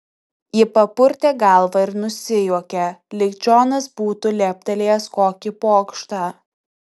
ji papurtė galvą ir nusijuokė lyg džonas būtų leptelėjęs kokį pokštą